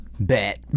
bet